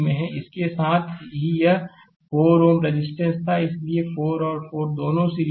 इसके साथ ही यह 4 Ω रेजिस्टेंस था इसलिए 4 और 4 दोनों सीरीज में हैं